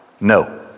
No